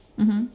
mmhmm